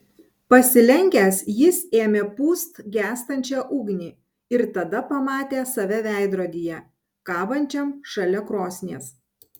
pasilenkęs jis ėmė pūst gęstančią ugnį ir tada pamatė save veidrodyje kabančiam šalia krosnies